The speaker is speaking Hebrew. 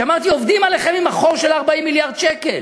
כשאמרתי: עובדים עליכם עם החור של ה-40 מיליארד שקל.